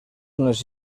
les